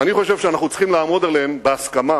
ואני חושב שאנחנו צריכים לעמוד עליהם בהסכמה,